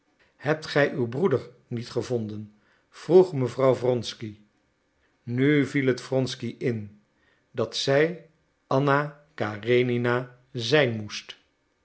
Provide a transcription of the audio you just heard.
hebt gij uw broeder niet gevonden vroeg mevrouw wronsky nu viel het wronsky in dat zij anna karenina zijn moest